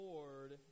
Lord